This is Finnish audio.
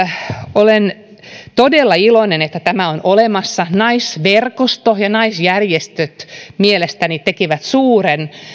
olen todella iloinen että tämä on olemassa naisverkosto ja naisjärjestöt mielestäni tekivät suuren